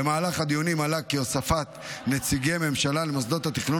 במהלך הדיונים עלה כי הוספת נציגי הממשלה למוסדות התכנון